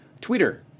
Twitter